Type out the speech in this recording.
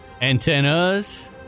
Antennas